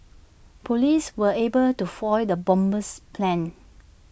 Police were able to foil the bomber's plans